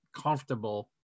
comfortable